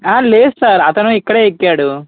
అ లేదు సార్ అతను ఇక్కడే ఎక్కాడు